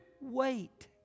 wait